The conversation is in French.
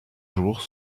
jours